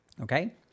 Okay